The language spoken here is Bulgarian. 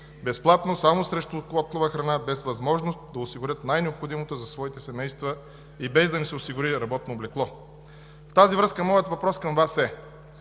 безплатно само срещу котлова храна, без възможност да осигурят най-необходимото за своите семейства и без да им се осигури работно облекло. В тази връзка моят въпрос към Вас е: